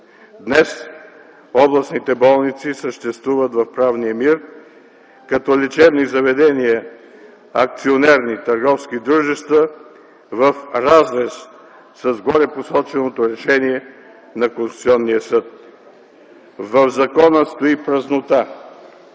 Днес, областните болници съществуват в правния мир като лечебни заведения, акционерни търговски дружества, в разрез с горепосоченото решение на Конституционния съд. В закона стои празнота.